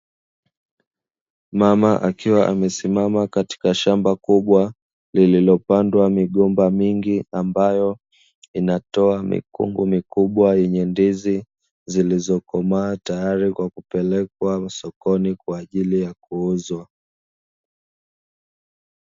Mama akiwa amesisima katika shamba kubwa lililopandwa migomba mingi, ambayo inatoa mikungu mikubwa yenye ndizi zilizokomaa tayari kupelekwa sokoni kwa ajili ya kuuzwa.